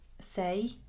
say